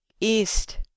East